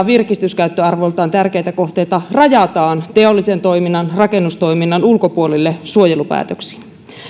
virkistyskäyttöarvoltaan tärkeitä kohteita rajataan teollisen toiminnan rakennustoiminnan ulkopuolelle suojelupäätöksin